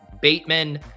Bateman